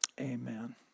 Amen